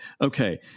okay